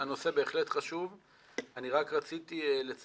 אם יורשה לי, גברתי היושבת-ראש, הנושא בהחלט חשוב.